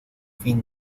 fin